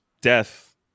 death